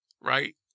right